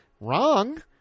wrong